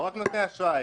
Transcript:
לא רק נותני אשראי,